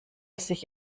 sich